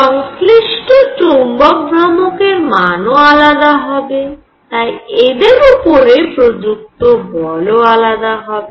সংশ্লিষ্ট চৌম্বক ভ্রামকের মান ও আলাদা হবে তাই এদের উপরে প্রযুক্ত বল ও আলাদা হবে